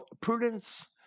prudence